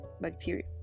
bacteria